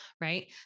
right